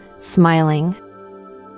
smiling